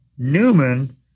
Newman